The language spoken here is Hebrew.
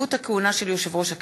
(רציפות הכהונה של יושב-ראש הכנסת),